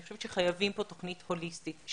אני חושבת שחייבים פה תוכנית הוליסטית.